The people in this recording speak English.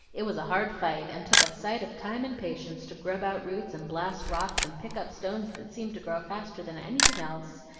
it was a hard fight, and took a sight of time and patience to grub out roots and blast rocks and pick up stones that seemed to grow faster than anything else.